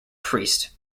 priest